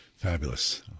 Fabulous